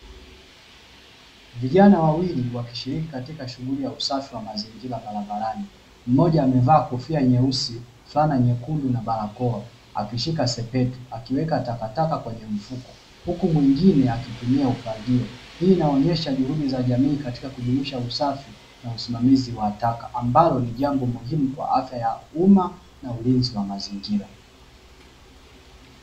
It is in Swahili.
Vijana wawili wakishiriki katika shughuli ya usafi wa mazingira barabarani. Mmoja amevaa kofia nyeusi, fulana nyekundu na barakoa akishika sepetu akiweka takataka kwenye mfuko huku mwingine akitumia ufagio. Hii inaonyesha juhudi za jamii katika kudumisha usafi na usimamizi wa taka ambalo ni jambo muhimu kwa afya ya umma na ulinzi wa mazingira.